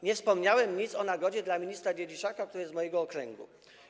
Nie wspomniałem nic o nagrodzie dla ministra Dziedziczaka, który jest z mojego okręgu.